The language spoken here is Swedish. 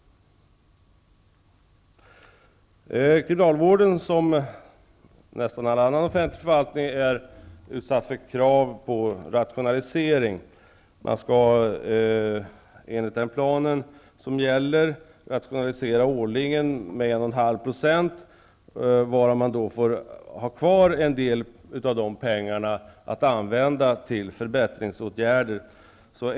Kriminalvården är liksom all annan offentlig förvaltning utsatt för krav på rationalisering. Man skall enligt den plan som gäller årligen rationalisera med 1,5 %, men man får ha kvar en del av pengarna för att använda dem för förbättringsåtgärder.